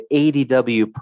adw